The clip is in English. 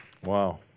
Wow